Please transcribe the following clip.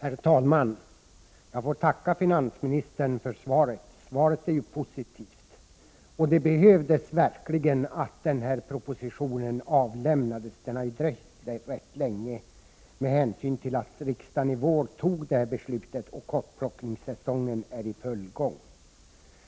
Herr talman! Jag får tacka finansministern för svaret. Svaret är ju positivt, och det behövdes verkligen att den här propositionen avlämnades — den har ju dröjt rätt länge. Riksdagen fattade ju beslutet i våras och kottplockningssäsongen är nu i full gång.